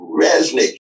resnick